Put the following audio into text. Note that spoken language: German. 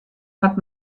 hat